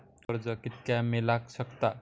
कर्ज कितक्या मेलाक शकता?